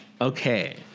Okay